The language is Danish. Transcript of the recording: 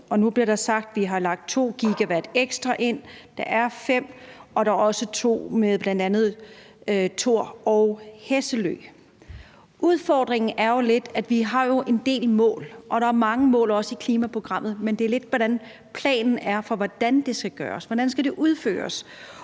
nu bliver der sagt, at vi har lagt 2 GW ekstra ind. Der er 5 GW, og der er også 2 GW med bl.a. Thor og Hesselø. Udfordringen er jo lidt, at vi har en del mål, og der er også mange mål i klimaprogrammet, men det handler lidt om, hvad planen er for, hvordan det skal gøres, og hvordan det skal udføres.